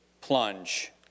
plunge